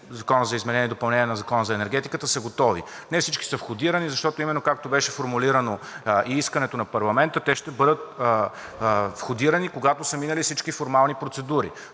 Закона за изменение и допълнение на Закона за енергетиката, са готови. Не всички са входирани, защото именно, както беше формулирано и искането на парламента, те ще бъдат входирани, когато са минали всички формални процедури,